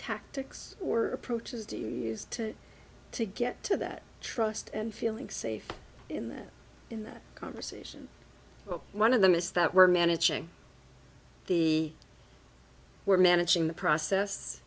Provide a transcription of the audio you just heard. tactics or approaches to use to to get to that trust and feeling safe in that in that conversation one of them is that we're managing the we're managing the process